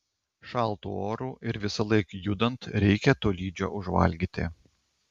šaltu oru ir visąlaik judant reikia tolydžio užvalgyti